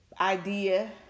idea